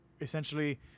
essentially